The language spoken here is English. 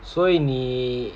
所以你